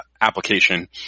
application